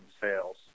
sales